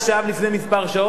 לפני כמה שעות?